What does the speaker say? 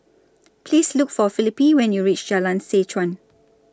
Please Look For Felipe when YOU REACH Jalan Seh Chuan